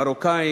מרוקאים,